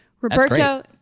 Roberto